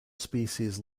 species